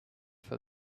for